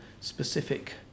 specific